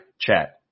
chat